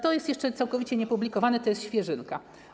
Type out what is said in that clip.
To jest jeszcze całkowicie niepublikowane, to jest świeżynka.